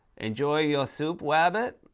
enjoy your soup, wabbit?